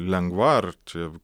lengva ar čia